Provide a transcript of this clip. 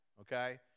okay